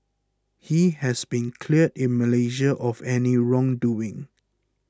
he has been cleared in Malaysia of any wrong doing